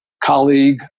colleague